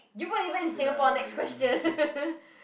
you put even in Singapore next question